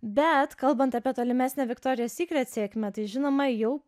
bet kalbant apie tolimesnę viktorija sykret sėkmę tai žinoma jau